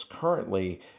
currently